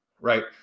Right